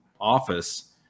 office